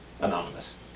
Anonymous